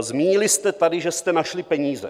Zmínili jste tady, že jste našli peníze.